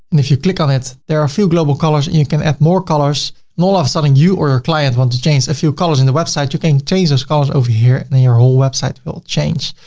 and if you click on it, there are a few global colors and you can add more colors and all of a sudden you or your client wants to change a few colors in the website you can change those colors over here and then your whole website will change.